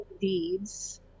deeds